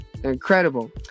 incredible